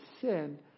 sin